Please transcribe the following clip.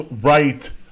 right